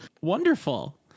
Wonderful